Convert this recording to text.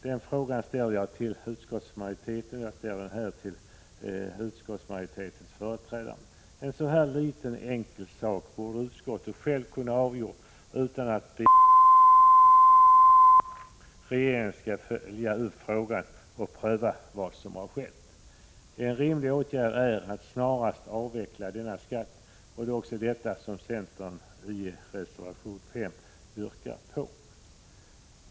— Den frågan ställer jag till utskottsmajoritetens företrädare. En så här liten enkel sak borde utskottet självt ha kunnat avgöra utan att begära att regeringen skall följa upp frågan och pröva vad som har skett. En rimlig åtgärd är att snarast avveckla denna skatt, och det är också detta som centern yrkar i reservation 5.